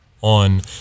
on